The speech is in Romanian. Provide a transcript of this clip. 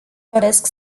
doresc